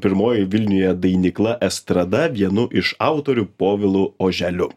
pirmoji vilniuje dainykla estrada vienu iš autorių povilu oželiu